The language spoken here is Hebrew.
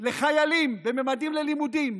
לחיילים בממדים ללימודים,